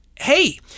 hey